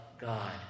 God